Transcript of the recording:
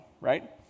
right